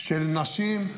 של נשים,